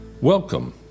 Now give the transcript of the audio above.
Welcome